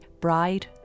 Bride